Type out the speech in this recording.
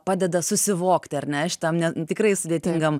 padeda susivokti ar ne šitam ne tikrai sudėtingam